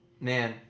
Man